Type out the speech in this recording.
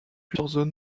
plusieurs